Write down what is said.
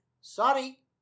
sorry